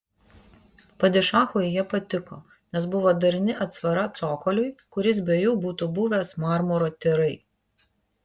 padišachui jie patiko nes buvo darni atsvara cokoliui kuris be jų būtų buvęs marmuro tyrai